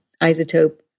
Isotope